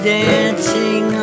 dancing